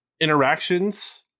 interactions